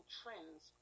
trends